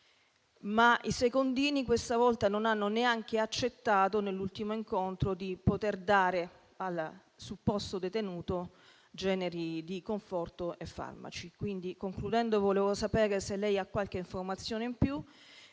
ma i secondini questa volta non hanno neanche accettato, nell'ultimo incontro, di dare al supposto detenuto generi di conforto e farmaci. Concludendo, vorrei sapere se lei signor Ministro ha qualche informazione in più